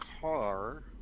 car